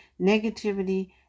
negativity